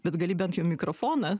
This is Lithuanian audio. bet gali bent jau mikrofoną